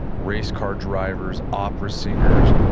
race car drivers, opera singers,